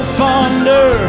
fonder